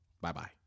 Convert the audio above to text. Bye-bye